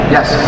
Yes